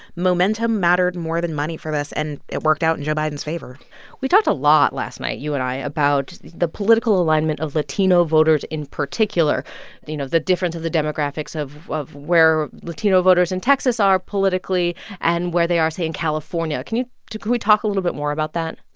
momentum mattered more than money for this. and it worked out in joe biden's favor we talked a lot last night, you and i, about the political alignment of latino voters in particular you know, the difference of the demographics of of where latino voters in texas are politically and where they are, say, in california. can you can we talk a little bit more about that?